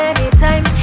Anytime